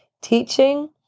Teaching